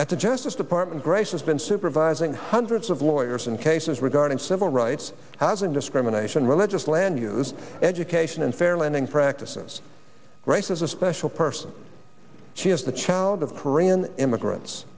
at the justice department grace has been supervising hundreds of lawyers in cases regarding civil rights housing discrimination religious land use education and fair lending practices grace is a special person she is the challenge of korean immigrants